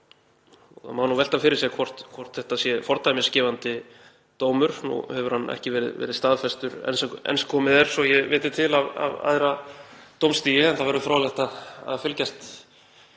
Það má velta fyrir sér hvort þetta sé fordæmisgefandi dómur. Nú hefur hann ekki verið staðfestur enn sem komið er, svo ég viti til, af æðra dómstigi, en það verður fróðlegt að fylgjast